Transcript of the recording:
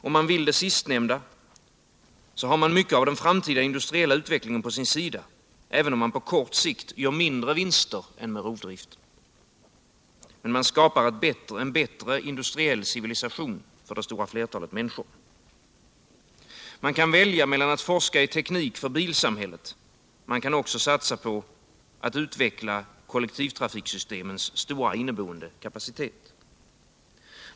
Om man vill det sistnämnda, har man mycket av den framtida industriella utvecklingen på sin sida, även om man på kort sikt gör mindre vinster än med rovdriften. Men man skapar en bättre industriell civilisation för det stora flertalet människor. Man kan välja mellan att forska i teknik för bilsamhället och att satsa på att utveckla kollektivtrafiksystemets stora inneboende kapacitet.